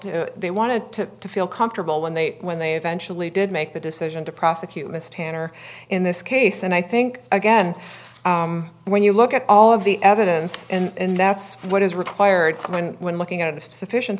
to they wanted to feel comfortable when they when they eventually did make the decision to prosecute miss tanner in this case and i think again when you look at all of the evidence and that's what is required when looking at of sufficien